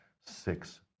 six